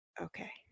Okay